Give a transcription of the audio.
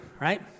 right